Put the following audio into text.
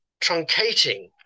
truncating